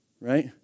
right